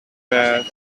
bad